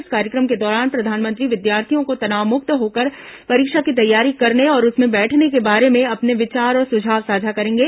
इस कार्यक्रम के दौरान प्रधानमंत्री विद्यार्थियों को तनाव मुक्त होकर परीक्षा की तैयारी करने और उसमें बैठने के बारे में अपने विचार और सुझाव साझा करेंगे